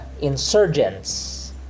insurgents